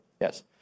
Yes